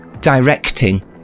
directing